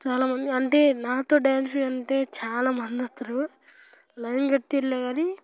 చాలామంది అంటే నాతో డ్యాన్స్ అంటే చాలామంది వస్తుర్రు లైన్ కట్టి వెళ్ళినా కానీ